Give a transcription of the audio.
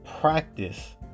practice